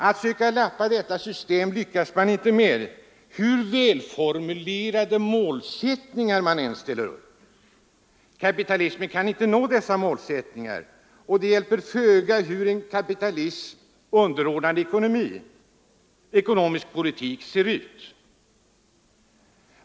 Att söka lappa samman detta system lyckas man inte med, hur välformulerade mål man än sätter upp. Genom kapitalismen kan inte dessa mål uppnås, och det hjälper föga hur en kapitalismen underordnad ekonomisk politik ser ut.